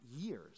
years